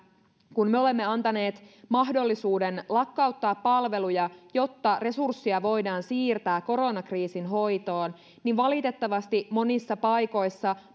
kun me olemme antaneet mahdollisuuden lakkauttaa palveluja jotta resursseja voidaan siirtää koronakriisin hoitoon niin valitettavasti monissa paikoissa